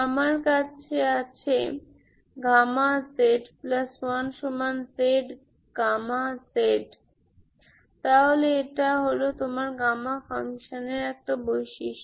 আমার আছে z1z Γz তাহলে এই হল তোমার গামা ফাংশানের বৈশিষ্ট্য